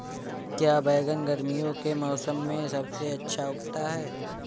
क्या बैगन गर्मियों के मौसम में सबसे अच्छा उगता है?